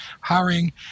hiring